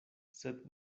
sed